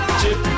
chip